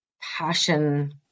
passion